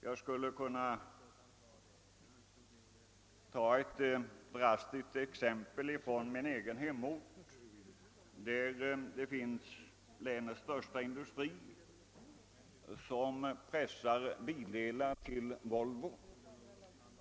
Jag kan ta ett dras tiskt exempel från min egen hemort, som har länets största industri, vilken pressar bildelar till Volvo.